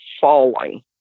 falling